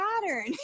pattern